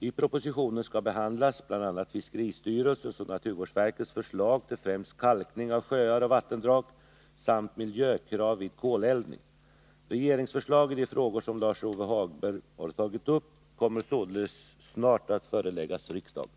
I propositionen skall behandlas bl.a. fiskeristyrelsens och naturvårdsverkets förslag till främst kalkning av sjöar och vattendrag samt miljökrav vid koleldning. Regeringsförslag i de frågor som Lars-Ove Hagberg har tagit upp kommer således snart att föreläggas riksdagen.